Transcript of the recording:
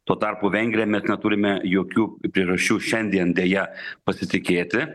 tuo tarpu vengrija mes neturime jokių priežasčių šiandien deja pasitikėti